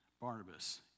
Barnabas